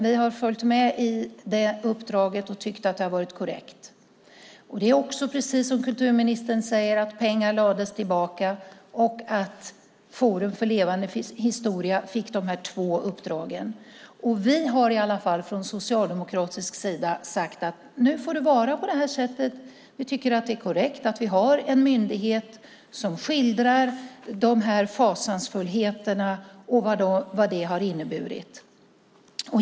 Vi har följt med i det uppdraget och tyckt att det varit korrekt. Precis som kulturministern säger lades pengar tillbaka och Forum för levande historia fick de här två uppdragen. Vi har från socialdemokratisk sida sagt att det nu får vara på det här sättet. Vi tycker att det är korrekt att vi har en myndighet som skildrar de här fasansfullheterna och vad de har inneburit.